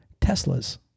Teslas